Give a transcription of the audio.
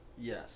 Yes